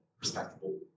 respectable